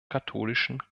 katholischen